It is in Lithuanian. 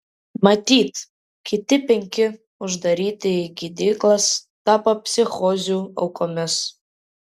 matyt kiti penki uždaryti į gydyklas tapo psichozių aukomis